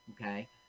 Okay